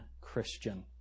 Christian